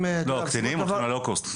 הקטינים הולכים ל- low cost.